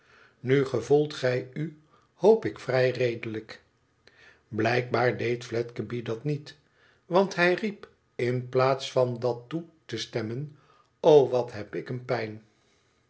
inu gevoelt gij u hoop ik vrij redelijk f blijkbaar deed fledgeby dat niet want hij riep in plaats van dat toe te stemmen wat heb ik een pijn